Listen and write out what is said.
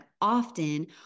often